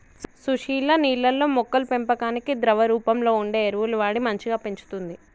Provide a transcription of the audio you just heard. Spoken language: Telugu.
సుశీల నీళ్లల్లో మొక్కల పెంపకానికి ద్రవ రూపంలో వుండే ఎరువులు వాడి మంచిగ పెంచుతంది